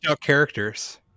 characters